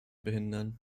behindern